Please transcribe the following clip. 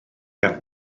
gan